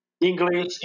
English